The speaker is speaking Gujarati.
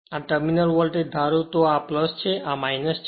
જો આ ટર્મિનલ વોલ્ટેજ ધારો તો આ છે આ છે